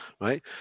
right